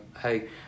hey